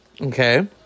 Okay